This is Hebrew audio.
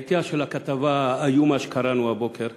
בעטייה של הכתבה האיומה שקראנו הבוקר.